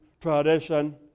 tradition